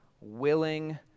willing